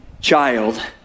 child